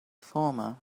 former